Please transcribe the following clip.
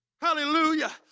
Hallelujah